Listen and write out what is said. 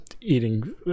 eating